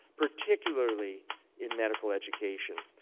particularly in medical education.